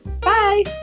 Bye